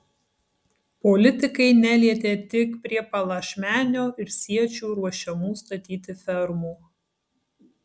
politikai nelietė tik prie palašmenio ir siečių ruošiamų statyti fermų